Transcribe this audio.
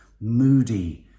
moody